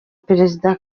perezida